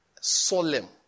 solemn